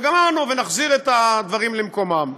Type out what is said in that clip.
וגמרנו, ונחזיר את הדברים למקומם?